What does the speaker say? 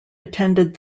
attended